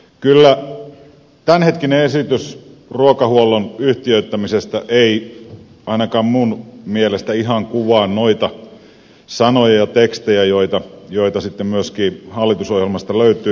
ei tämänhetkinen esitys ruokahuollon yhtiöittämisestä ainakaan minun mielestäni ihan kuvaa noita sanoja ja tekstejä joita myöskin hallitusohjelmasta löytyy